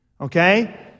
Okay